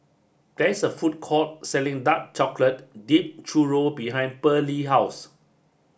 this a food court selling dark chocolate dipped churro behind Bearley house